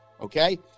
okay